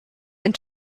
and